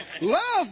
Love